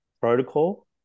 protocol